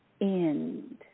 end